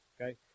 okay